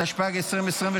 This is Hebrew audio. התשפ"ג 2023,